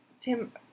Tim